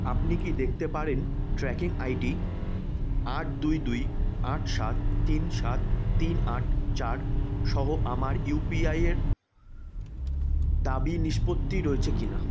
আপনি কি দেখতে পারেন ট্র্যাকিং আই ডি আট দুই দুই আট সাত তিন সাত তিন আট চার সহ আমার ইউ পি আই এর দাবি নিষ্পত্তি রয়েছে কি না